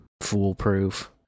foolproof